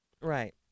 Right